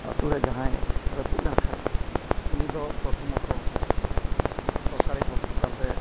ᱟᱛᱳᱨᱮ ᱡᱟᱦᱟᱸᱭ ᱨᱟᱹᱯᱩᱫ ᱞᱮᱱᱠᱷᱟᱱ ᱩᱱᱤᱫᱚ ᱯᱨᱚᱛᱷᱚᱢᱚᱛᱚ ᱥᱚᱨᱠᱟᱨᱤ ᱦᱚᱥᱯᱤᱴᱟᱞ ᱨᱮ